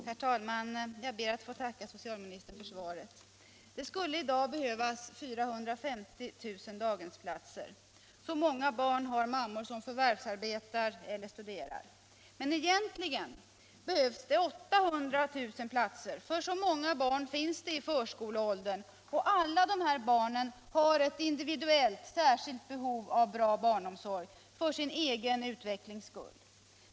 Herr talman! Jag ber att få tacka socialministern för svaret. Det skulle i dag behövas 450 000 daghemsplatser. Så många barn har nämligen mammor som förvärvsarbetar eller studerar. Men egentligen behövs det 800 000 platser, för så många barn finns det i förskoleåldern, grammet för barnomsorgen och alla de barnen har ett individuellt, särskilt behov av bra barnomsorg för sin egen utvecklings skull.